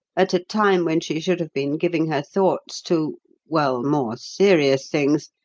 at a time when she should have been giving her thoughts to well, more serious things,